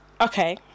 okay